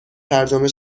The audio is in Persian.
ترجمه